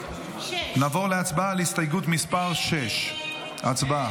נעבור להצבעה על הסתייגות מס' 6. הצבעה.